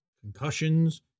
concussions